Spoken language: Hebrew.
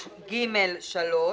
ב-5(ג)(3),